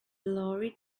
lorry